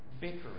bickering